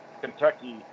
Kentucky